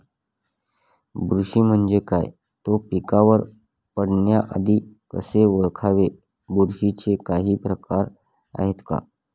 बुरशी म्हणजे काय? तो पिकावर पडण्याआधी कसे ओळखावे? बुरशीचे काही प्रकार आहेत का?